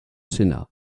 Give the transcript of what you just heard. sénat